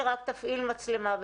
נציג משרד האוצר איתנו?